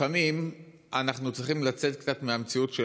לפעמים אנחנו צריכים לצאת קצת מהמציאות של